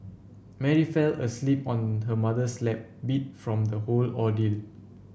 Mary fell asleep on her mother's lap beat from the whole ordeal